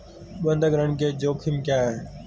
बंधक ऋण के जोखिम क्या हैं?